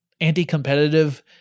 anti-competitive